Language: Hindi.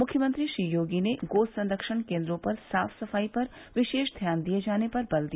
मुख्यमंत्री श्री योगी ने गो संरक्षण केन्द्रो पर साफ सफाई पर विशेष ध्यान दिए जाने पर बल दिया